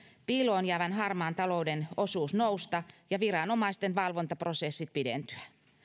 piiloon jäävän harmaan talouden osuus nousta ja viranomaisten valvontaprosessit pidentyä